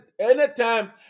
anytime